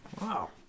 Wow